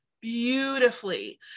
beautifully